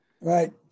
Right